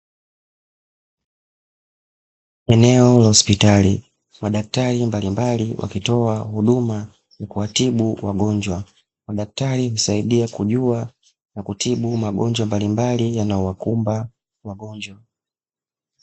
Eneo la hospitali madaktari mbalimbali wakitoa huduma ya kuwatibu wagonjwa. Madaktari husaidia kujua na kutibu magonjwa mbalimbali yanayo wakumba wagonjwa.